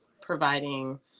providing